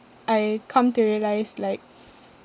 I come to realise like